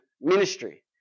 ministry